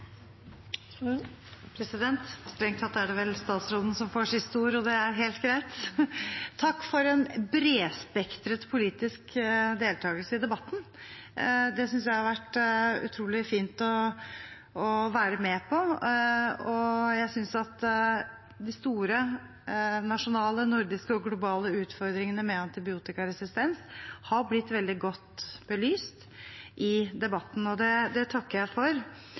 for en bredspektret politisk deltakelse i debatten, det synes jeg har vært utrolig fint å være med på. Jeg synes at de store nasjonale, nordiske og globale utfordringene med antibiotikaresistens har blitt veldig godt belyst i debatten, og det takker jeg for.